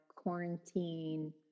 quarantine